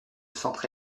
centre